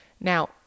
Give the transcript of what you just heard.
Now